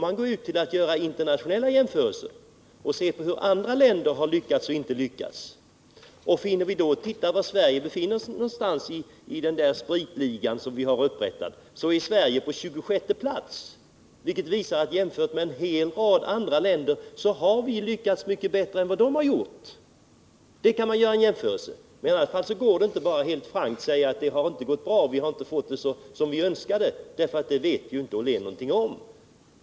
Man måste göra internationella jämförelser och se hur andra länder har lyckats och misslyckats. Ser vi efter var Sverige befinner sig i den s.k. spritligan, som vi har upprättat en förteckning över, finner vi att Sverige finns på 26:e plats. Det visar att jämfört med en rad andra länder har vi lyckats mycket bättre än de har gjort. På det sättet kan man göra en jämförelse. Men det går inte att bara helt frankt säga att det inte har gått bra och att vi inte har fått det som vi önskade, för det vet inte Joakim Ollén någonting om.